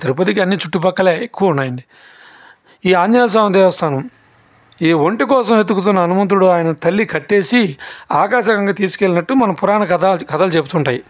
తిరుపతికి అన్ని చుట్టుపక్కల ఎక్కువ ఉన్నాయండి ఈ ఆంజనేయ స్వామి దేవస్థానం ఈ ఒంటె కోసం వెతుకుతున్న హనుమంతుడును తన తల్లి కట్టేసి ఆకాశానికి తీసుకెళ్లినట్టు మన పురాతన కథ కథలు చెబుతుంటాయి